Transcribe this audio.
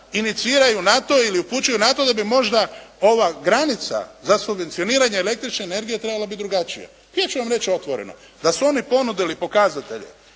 iniciraju na to ili upućuju na to da bi možda ova granica za subvencioniranje električne energije trebala biti drugačija. Ja ću vam reći otvoreno. Da su oni ponudili pokazatelje